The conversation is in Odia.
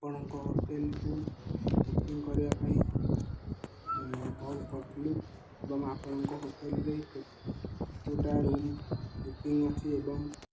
ଆପଣଙ୍କ ହୋଟେଲକୁ ବୁକିଂ କରିବା ପାଇଁ କଲ୍ କରିଥିଲୁ ଏବଂ ଆପଣଙ୍କ ହୋଟେଲରେ କେତୋଟା ରୁମ୍ ବୁକିଂ ଅଛି ଏବଂ